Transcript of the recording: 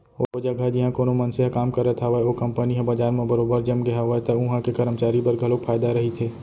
ओ जघा जिहाँ कोनो मनसे ह काम करत हावय ओ कंपनी ह बजार म बरोबर जमगे हावय त उहां के करमचारी बर घलोक फायदा रहिथे